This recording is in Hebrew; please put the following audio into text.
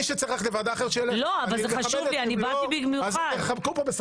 מי שצריך ללכת לוועדה אחרת, מכבד אותו,